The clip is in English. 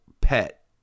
pet